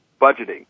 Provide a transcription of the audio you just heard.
budgeting